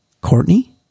courtney